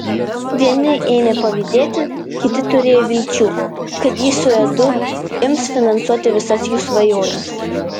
vieni ėmė pavydėti kiti turėjo vilčių kad ji su edu ims finansuoti visas jų svajones